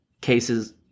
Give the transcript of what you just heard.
cases